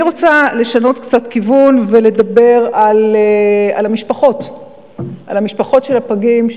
אני רוצה לשנות קצת כיוון ולדבר על המשפחות של הפגים,